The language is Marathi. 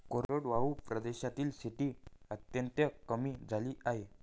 कोरडवाहू प्रदेशातील शेती अत्यंत कमी झाली आहे